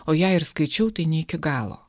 o jei ir skaičiau tai ne iki galo